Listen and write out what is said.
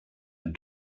been